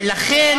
ולכן